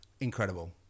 incredible